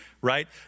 right